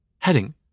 heading